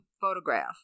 photograph